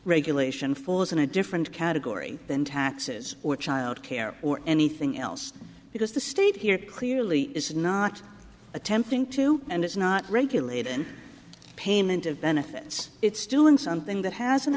regulation full isn't a different category than taxes or childcare or anything else because the state here clearly is not attempting to and it's not regulate in payment of benefits it's doing something that has